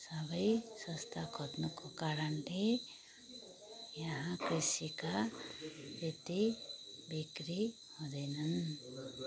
सबै सस्ता खोज्नुको कारणले यहाँ कृषिका त्यत्ति बिक्री हुँदैनन्